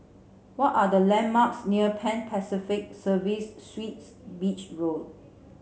what are the landmarks near Pan Pacific Serviced Suites Beach Road